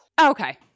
okay